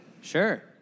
Sure